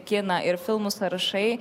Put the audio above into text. kiną ir filmų sąrašai